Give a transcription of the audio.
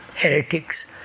Heretics